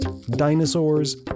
dinosaurs